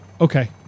Okay